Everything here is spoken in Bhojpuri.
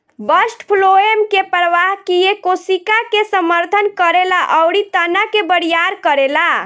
बस्ट फ्लोएम के प्रवाह किये कोशिका के समर्थन करेला अउरी तना के बरियार करेला